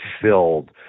filled